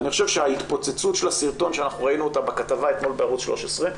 אני חושב שההתפוצצות של הסרטון שאנחנו ראינו אותה בכתבה אתמול בערוץ 13,